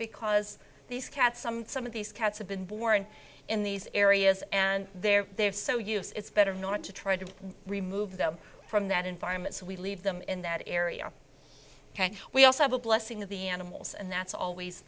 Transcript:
because these cats some some of these cats have been born in these areas and there they have so use it's better not to try to remove them from that environments we leave them in that area we also have a blessing of the animals and that's always